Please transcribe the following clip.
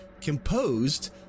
composed